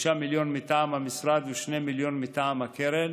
5 מיליון מטעם המשרד ו-2 מיליון מטעם הקרן,